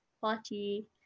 party